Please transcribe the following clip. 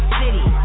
city